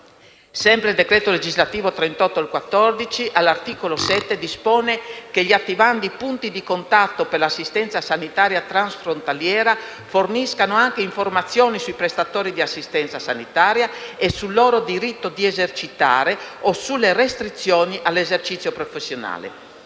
Sempre il decreto legislativo n. 38 del 2014, all'articolo 7, dispone che gli attivandi punti di contatto per l'assistenza sanitaria transfrontaliera forniscano anche informazioni sui prestatori di assistenza sanitaria e sul loro diritto ad esercitare o sulle restrizioni all'esercizio professionale.